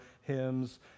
hymns